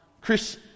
Chris